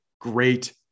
great